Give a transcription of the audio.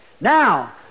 Now